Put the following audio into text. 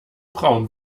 braun